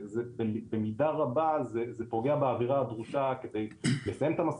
במידה רבה זה פוגע באווירה הדרושה כדי לסיים את המשא